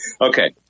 Okay